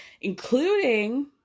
including